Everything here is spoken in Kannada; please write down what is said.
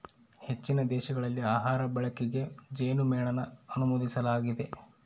ಹೆಚ್ಚಿನ ದೇಶಗಳಲ್ಲಿ ಆಹಾರ ಬಳಕೆಗೆ ಜೇನುಮೇಣನ ಅನುಮೋದಿಸಲಾಗಿದೆ